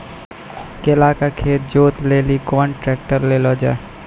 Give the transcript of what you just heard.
केला के खेत जोत लिली केना ट्रैक्टर ले लो जा?